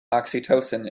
oxytocin